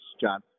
John